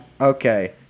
Okay